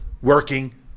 working